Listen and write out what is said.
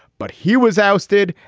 but he was ousted,